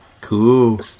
Cool